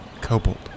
Cobalt